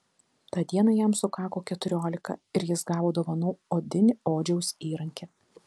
tą dieną jam sukako keturiolika ir jis gavo dovanų odinį odžiaus įrankį